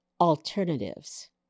alternatives